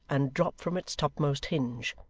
and drop from its topmost hinge.